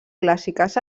clàssiques